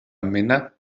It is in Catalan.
mena